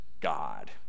God